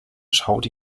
schaut